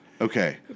Okay